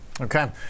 Okay